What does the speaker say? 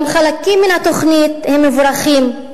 וגם חלקים מן התוכנית הם מבורכים,